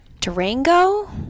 Durango